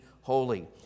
holy